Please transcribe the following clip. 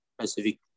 Pacific